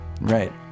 Right